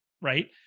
right